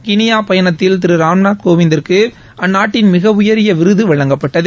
Guinea பயணத்தில் திரு ராம்நாத் கோவிந்திற்கு அந்நாட்டின் மிக உயரிய விருது வழங்கப்பட்டது